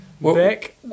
Back